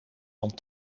van